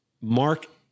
Mark